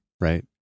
right